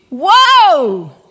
Whoa